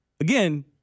again